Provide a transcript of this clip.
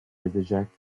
edecek